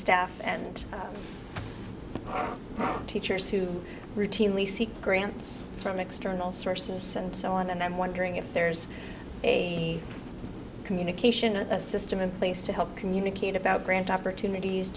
staff and teachers who routinely seek grants from external sources and so on and i'm wondering if there's a communication a system in place to help communicate about grant opportunities